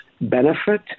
benefit